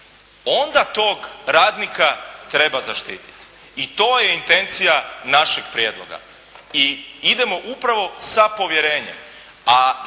onda tog radnika treba zaštiti. I to je intencija našeg prijedloga. I idemo upravo sa povjerenjem.